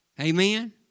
Amen